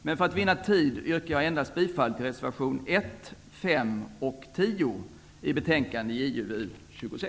Men för att vinna tid yrkar jag bifall endast till reservationerna 1, 5 och 10 i betänkande